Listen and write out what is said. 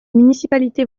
municipalités